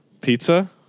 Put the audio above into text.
Pizza